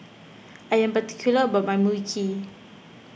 I am particular about my Mui Kee